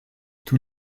tous